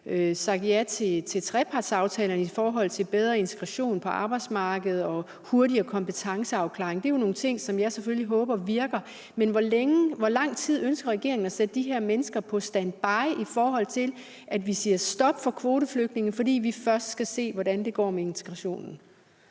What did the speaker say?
sagt ja til trepartsaftalerne om bedre integration på arbejdsmarkedet og hurtigere kompetenceafklaring, og det er jo nogle ting, som jeg selvfølgelig håber virker, men hvor lang tid ønsker regeringen at sætte de her mennesker på standby, i forhold til at vi siger stop for kvoteflygtninge, fordi vi først skal se, hvordan det går med integrationen?